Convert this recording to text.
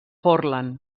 portland